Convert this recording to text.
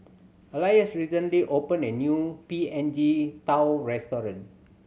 Alois recently opened a new P N G tao restaurant